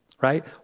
right